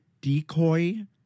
decoy